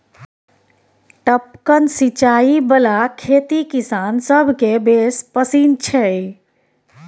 टपकन सिचाई बला खेती किसान सभकेँ बेस पसिन छै